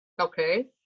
okay